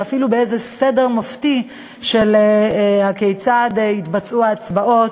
ואפילו באיזה סדר מופתי של כיצד יתבצעו ההצבעות.